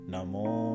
Namo